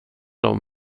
dem